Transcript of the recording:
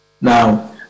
Now